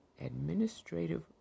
administrative